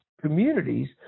communities